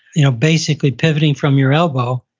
you know, basically pivoting from your elbow,